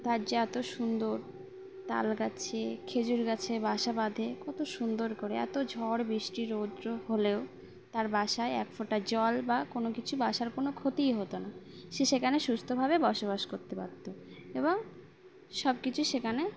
তার যে এতো সুন্দর তাল গাছে খেজুর গাছে বাসা বাঁধে কতো সুন্দর করে এত ঝড় বৃষ্টি রোদ হলেও তার বাসায় এক ফোঁটা জল বা কোনো কিছু বাসার কোনো ক্ষতিই হতো না সে সেখানে সুস্থভাবে বসবাস করতে পারতো এবং সব কিছুই সেখানে